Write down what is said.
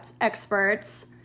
experts